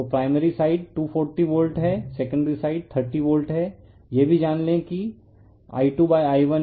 तो primary side 240 volt है secondary side 30 volt है यह भी जान लें कि I2I1K